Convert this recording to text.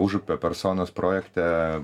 užupio personos projekte